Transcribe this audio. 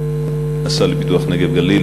השר לפיתוח הנגב והגליל,